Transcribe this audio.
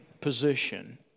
position